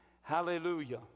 Hallelujah